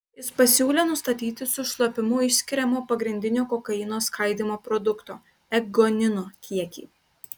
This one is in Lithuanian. jis pasiūlė nustatyti su šlapimu išskiriamo pagrindinio kokaino skaidymo produkto ekgonino kiekį